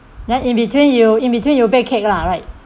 then in between you in between you bake cake lah right